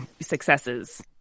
successes